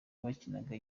bakinaga